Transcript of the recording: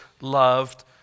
loved